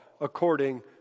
according